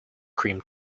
cream